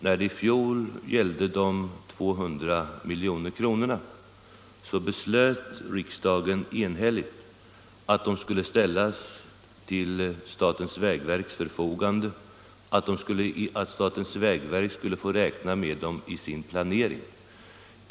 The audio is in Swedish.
När det i fjol gällde de 200 miljonerna beslöt riksdagen enhälligt att de skulle ställas till statens vägverks förfogande och att statens vägverk skulle få räkna med dem i sin planering.